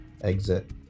exit